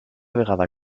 vegada